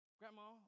Grandma